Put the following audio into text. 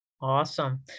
Awesome